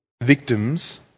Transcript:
victims